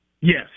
Yes